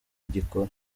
agikora